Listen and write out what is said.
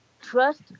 trust